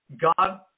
God